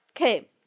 Okay